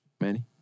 Manny